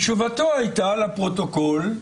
תשובתו היתה, לפרוטוקול: